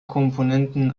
komponenten